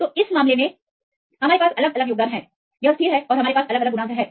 तो इस मामले में हमारे पासअलग योगदान है यह स्थिर है और हमारे पास अलग अलग गुणांक हैं